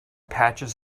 patches